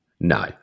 No